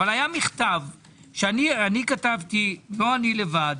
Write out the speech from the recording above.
אבל היה מכתב שכתבתי לא לבד,